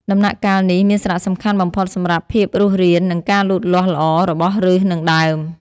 ដំណាក់កាលនេះមានសារៈសំខាន់បំផុតសម្រាប់ភាពរស់រាន និងការលូតលាស់ល្អរបស់ឬស និងដើម។